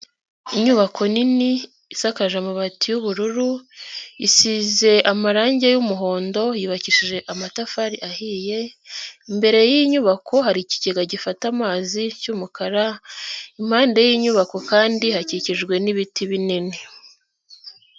Inyubako nini isakaje amabati y'ubururu, isize amarangi y'umuhondo yubakishije amatafari ahiye, imbere y'iyi nyubako hari ikigega gifata amazi cy'umukara, impande y'iyi nyubako kandi hakikijwe n'ibiti binini.